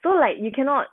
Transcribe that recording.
so like you cannot